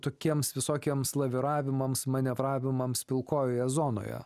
tokiems visokiems laviravimams manevravimams pilkojoje zonoje